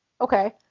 okay